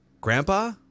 grandpa